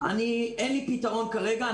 אין לי פתרון כרגע.